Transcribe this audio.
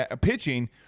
pitching